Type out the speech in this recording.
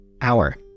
hour